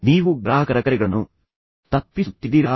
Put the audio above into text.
ನೀವು ಗ್ರಾಹಕರ ಕರೆಗಳನ್ನು ತಪ್ಪಿಸುತ್ತಿದ್ದೀರಾ